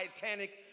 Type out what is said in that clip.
Titanic